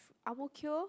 Ang-Mo-Kio